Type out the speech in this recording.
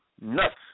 nuts